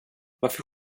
varför